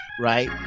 right